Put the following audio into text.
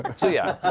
and so yeah.